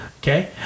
okay